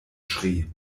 schrie